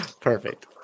perfect